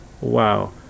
wow